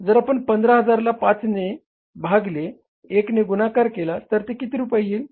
जर आपण 15000 ला 5 भागिले 1 ने गुणाकार केला तर ते किती रुपये येईल